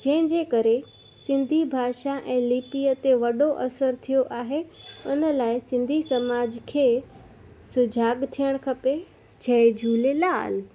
जंहिंजे करे सिंधी भाषा ऐं लिपीअ ते वॾो असर थियो आहे उन लाइ सिंधी समाज खे सुॼागु थियणु खपे जय झूलेलाल